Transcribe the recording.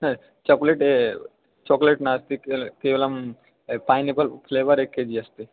हा chocolate chocolate नास्ति क्ले केवलं पैनापल् फ्लेवर् एकं के जि अस्ति